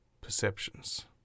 perceptions